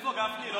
איפה גפני?